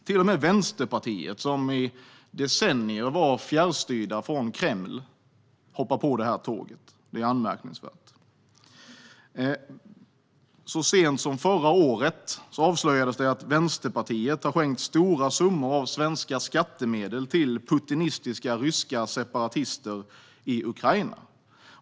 Till och med Vänsterpartiet, som i decennier var fjärrstyrt från Kreml, hoppar på det här tåget. Det är anmärkningsvärt. Så sent som förra året avslöjades det att Vänsterpartiet har skänkt stora summor av svenska skattemedel till putinistiska ryska separatister i Ukraina.